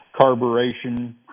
carburation